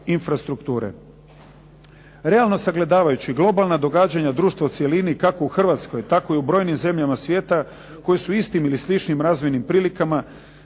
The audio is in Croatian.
infrastrukture. Realno sagledavajući globalna događanja društva u cjelini kako u Hrvatskoj tako i u brojnim zemljama svijeta koji su u istim ili sličnim razvojnim prilikama